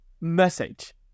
message